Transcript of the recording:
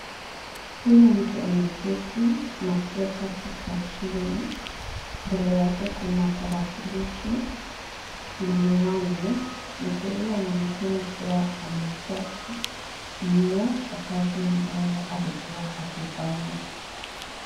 Huyu mtu ameketi na kuweka kichwa chini. Mbele yake kuna tarakilishi na miwani. Mtu huyo anaonekana kuwa amechoka mno kwa kazi ambayo alikuwa akifanya.